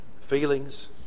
feelings